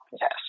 yes